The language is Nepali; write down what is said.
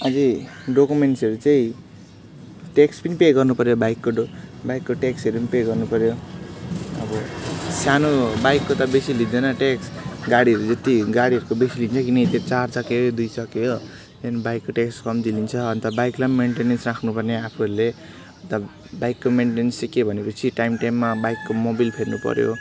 अझै डकुमेन्ट्सहरू चाहिँ ट्याक्स पनि पे गर्नु पऱ्यो बाइकको डो बाइकको ट्याक्सहरू पनि पे गर्नु पऱ्यो अब सानो बाइकको त बेसी लिँइदैन ट्याक्स गाडीहरू जति गाडीहरको बेसी लिन्छ किनकि त्यो चार चक्के हो यो दुई चक्के हो त्यहाँदेखिन् बाइकको ट्याक्स कम्ती लिन्छ अन्त बाइकलाई पनि मेन्टेनेन्स राख्नु पर्ने आफूहरूले अन्त बाइकको मेन्टेन सिक्यो भनेपछि टाइमटाइममा बाइकको मोबिल फेर्नु पऱ्यो